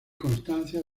constancia